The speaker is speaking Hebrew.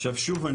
עכשיו שוב,